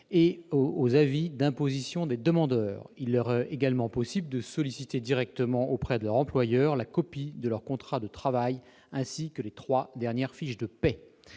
et aux avis d'imposition des demandeurs. Il leur est également possible de solliciter directement auprès de leur employeur la copie de leur contrat de travail ainsi que les trois dernières fiches de paie.